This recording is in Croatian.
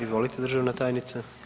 Izvolite državna tajnice.